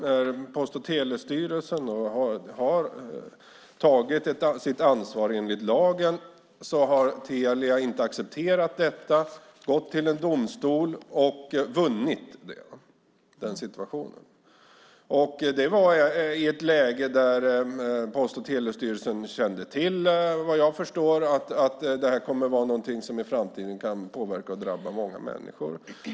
När Post och telestyrelsen har tagit sitt ansvar enligt lagen har Telia inte accepterat detta utan gått till en domstol och vunnit målet. Det var i ett läge där Post och telestyrelsen, såvitt jag förstår, kände till att det här kommer att vara någonting som i framtiden kan påverka och drabba många människor.